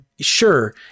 Sure